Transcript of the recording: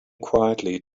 quietly